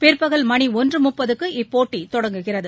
பிற்பகல் மணி ஒன்று முப்பதுக்கு இப்போட்டி தொடங்குகிறது